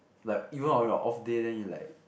like even on your off day then you're like